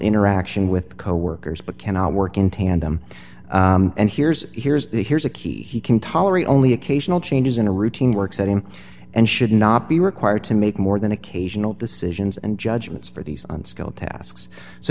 interaction with coworkers but cannot work in tandem and here's here's here's a key he can tolerate only occasional changes in a routine works at him and should not be required to make more than occasional decisions and judgments for these unskilled tasks so